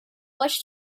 much